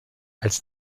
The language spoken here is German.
als